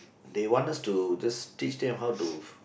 they want us to just teach them how to